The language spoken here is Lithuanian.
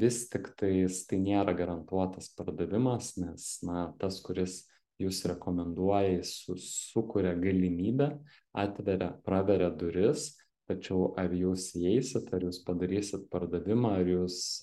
vis tiktai tai nėra garantuotas pardavimas nes na tas kuris jus rekomenduoja jis su sukuria galimybę atveria praveria duris tačiau ar jūs įeisit ar jūs padarysit pardavimą ar jūs